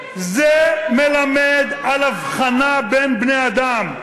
זה מלמד על הבחנה בין בני-אדם בחלוקת התקציב.